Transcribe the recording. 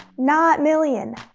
not million.